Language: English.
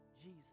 Jesus